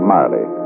Marley